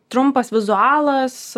trumpas vizualas